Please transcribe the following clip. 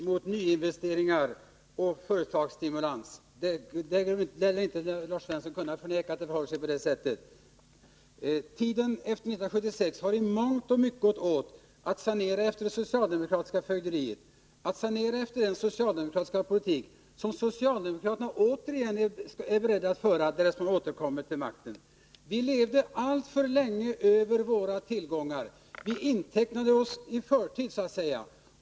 Herr talman! Socialiseringsfonderna är det största hotet mot nyinvesteringar och företagsstimulans. Lars Svensson lär inte kunna förneka att det förhåller sig på det sättet. Efter 1976 har tiden i mångt och mycket gått åt till att sanera efter det socialdemokratiska fögderiet, efter en politik som socialdemokraterna återigen är beredda att föra, därest de åter kommer till makten. Vi levde alltför länge över våra tillgångar. Vi intecknade oss i förtid, så att säga.